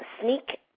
sneak